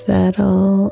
Settle